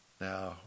Now